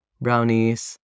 brownies